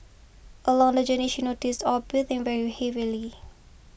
along the journey she noticed Aw breathing very heavily